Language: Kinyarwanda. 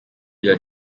rya